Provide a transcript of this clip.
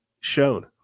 shown